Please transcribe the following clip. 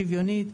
שוויונית,